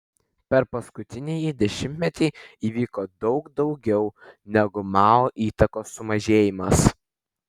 per paskutinįjį dešimtmetį įvyko daug daugiau negu mao įtakos sumažėjimas